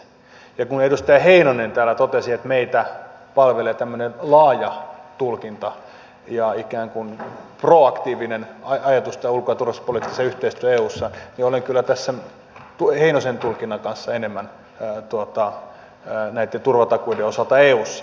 kun edustaja heinonen täällä totesi että meitä palvelee tämmöinen laaja tulkinta ja ikään kuin proaktiivinen ajatus ulko ja turvallisuuspoliittisesta yhteistyösta eussa niin olen kyllä tässä heinosen tulkinnan kannalla enemmän näitten turvatakuiden osalta eussa